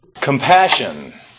Compassion